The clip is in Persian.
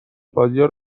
بازیا